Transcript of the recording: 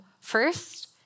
First